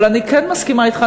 אבל אני כן מסכימה אתך,